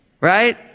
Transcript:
right